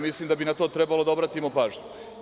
Mislim da bi na to trebalo obratiti pažnju.